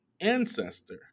ancestor